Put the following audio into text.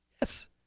Yes